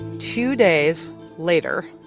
two days later,